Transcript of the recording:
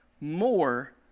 more